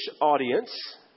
audience